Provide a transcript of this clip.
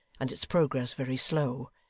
and its progress very slow.